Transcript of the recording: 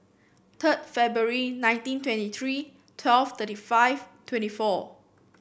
third February nineteen twenty three twelve thirty five twenty four